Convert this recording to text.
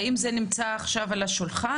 האם זה נמצא עכשיו על השולחן?